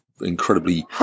incredibly